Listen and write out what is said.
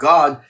God